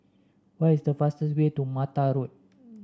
what is the fastest way to Mata Road